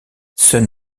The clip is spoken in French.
sun